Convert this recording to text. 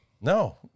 No